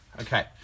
Okay